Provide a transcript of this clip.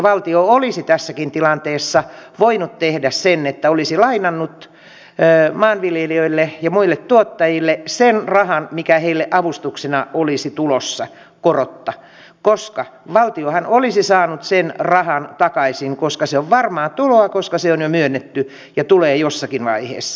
valtio olisi tässäkin tilanteessa voinut tehdä sen että olisi lainannut maanviljelijöille ja muille tuottajille sen rahan mikä heille avustuksena olisi ollut tulossa korotta koska valtiohan olisi saanut sen rahan takaisin koska se on varmaa tuloa koska se on jo myönnetty ja tulee jossakin vaiheessa